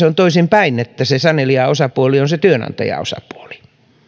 on toisin päin että se sanelijaosapuoli on se työnantajaosapuoli